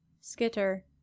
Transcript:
Skitter